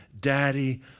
Daddy